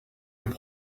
and